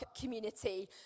community